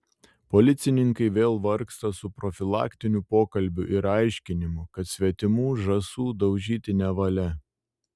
policininkai vėl vargsta su profilaktiniu pokalbiu ir aiškinimu kad svetimų žąsų daužyti nevalia